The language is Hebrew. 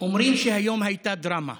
אומרים שהיום הייתה דרמה.